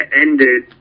ended